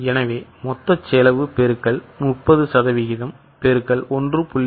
எனவே மொத்த செலவு X 30 சதவீதம் X 1